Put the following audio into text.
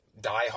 diehard